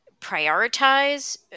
prioritize